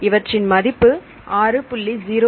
இவற்றின் மதிப்பு 6